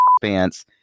pants